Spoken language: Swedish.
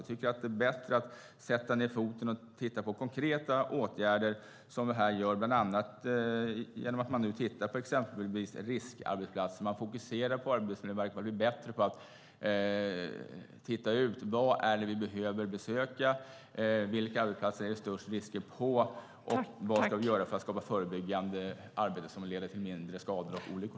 Jag tycker att det är bättre att sätta ned foten och titta på konkreta åtgärder, som vi här gör bland annat genom att titta på exempelvis riskarbetsplatser. Man fokuserar på detta på Arbetsmiljöverket, och man blir bättre på att se vad det är vi behöver besöka. Vilka arbetsplatser är det störst risker på? Vad ska vi göra för att skapa förebyggande arbete som leder till färre skador och olyckor?